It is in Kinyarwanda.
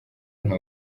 nka